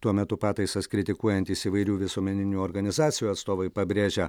tuo metu pataisas kritikuojantys įvairių visuomeninių organizacijų atstovai pabrėžia